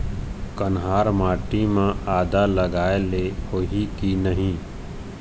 कन्हार माटी म आदा लगाए ले होही की नहीं?